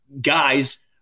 guys